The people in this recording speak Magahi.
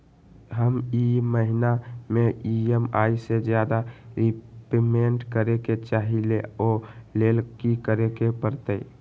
हम ई महिना में ई.एम.आई से ज्यादा रीपेमेंट करे के चाहईले ओ लेल की करे के परतई?